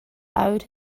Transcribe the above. out